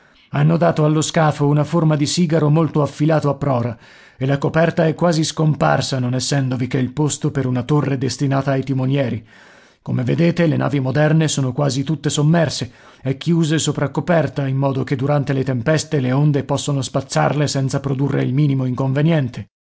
hanno dato allo scafo una forma di sigaro molto affilato a prora e la coperta è quasi scomparsa non essendovi che il posto per una torre destinata ai timonieri come vedete le navi moderne sono quasi tutte sommerse e chiuse sopraccoperta in modo che durante le tempeste le onde possono spazzarle senza produrre il minimo inconveniente